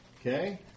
Okay